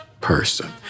person